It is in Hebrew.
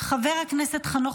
חבר הכנסת חנוך